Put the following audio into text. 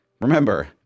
remember